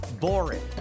boring